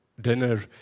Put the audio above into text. dinner